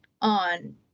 on